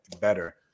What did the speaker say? better